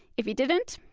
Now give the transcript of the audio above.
if he didn't,